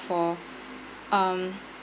for um